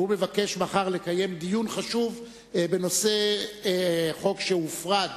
שהוא מבקש לקיים מחר דיון חשוב בנושא חוק שהופרד,